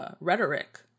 rhetoric